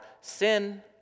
sin